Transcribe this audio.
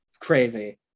Crazy